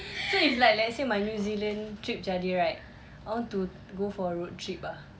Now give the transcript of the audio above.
so if like let's say my new zealand trip jadi right I want to go for a road trip ah